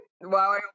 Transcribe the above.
Wow